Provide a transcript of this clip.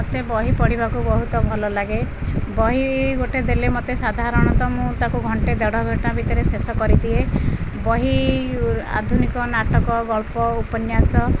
ମୋତେ ବହି ପଢ଼ିବାକୁ ବହୁତ ଭଲ ଲାଗେ ବହି ଗୋଟେ ଦେଲେ ମୋତେ ସାଧାରଣତଃ ମୁଁ ତାକୁ ଘଣ୍ଟେ ଦେଢ଼ଘଣ୍ଟା ଭିତରେ ଶେଷ କରିଦିଏ ବହି ଆଧୁନିକ ନାଟକ ଗଳ୍ପ ଉପନ୍ୟାସ